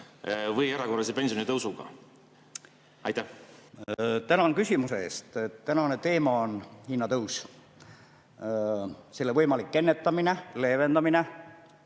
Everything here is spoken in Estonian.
või erakorralise pensionitõusuga? Aitäh